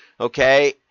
Okay